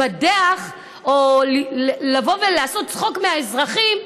להתבדח או לבוא ולעשות צחוק מהאזרחים.